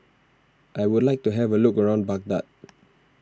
I would like to have a look around Baghdad